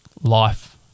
life